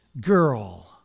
girl